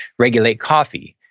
regulate coffee?